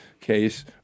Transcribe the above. case